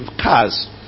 cars